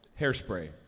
Hairspray